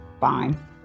fine